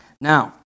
Now